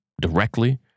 directly